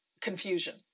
confusion